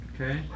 Okay